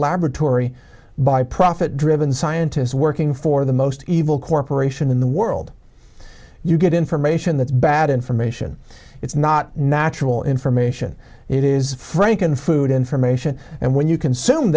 laboratory by profit driven scientists working for the most evil corporation in the world you get information that's bad information it's not natural information it is frankenfood information and when you consume